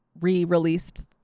re-released